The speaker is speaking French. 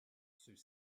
ceux